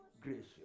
gracious